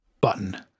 button